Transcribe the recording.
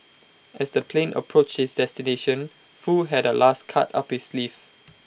as the plane approached its destination Foo had A last card up his sleeve